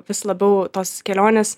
vis labiau tos kelionės